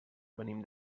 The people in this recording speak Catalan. venim